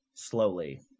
Slowly